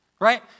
Right